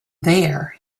there